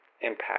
impact